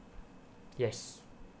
yes